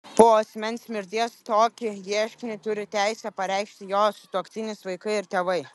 po asmens mirties tokį ieškinį turi teisę pareikšti jo sutuoktinis vaikai ir tėvai